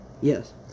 Yes